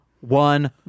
one